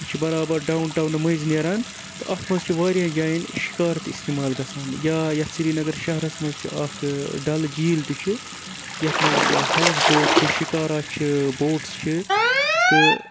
یہِ چھِ بَرابَر ڈاوُن ٹاونہٕ مٔنٛزۍ نیران تہٕ اَتھ مَنٛز چھِ واریاہَن جایَن شِکار تہِ اِستعمال گَژھان یا یَتھ سرینَگر شَہرَس مَنٛز چھِ اَکھٕ ڈَلہٕ جیٖل تہِ چھِ یَتھ مَنٛز ہاوُس بوٹ چھِ شِکارا چھِ بوٹٕس چھِ تہٕ